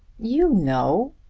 you know.